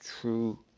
true